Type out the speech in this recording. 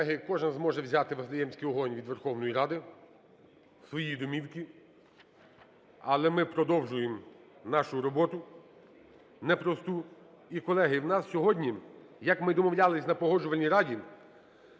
Колеги, кожен зможе взяти Вифлеємський вогонь від Верховної Ради у свої домівки. Але ми продовжуємо нашу роботу непросту. І, колеги, в нас сьогодні, як ми і домовлялись на Погоджувальній раді,